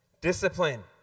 Discipline